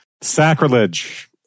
Sacrilege